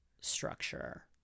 structure